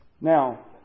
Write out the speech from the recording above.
Now